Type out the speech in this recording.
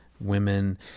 women